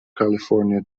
california